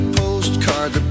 postcard